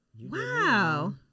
wow